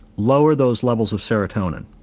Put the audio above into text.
lower those levels of serotonin.